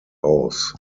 aus